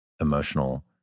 emotional